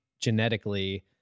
genetically